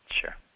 Sure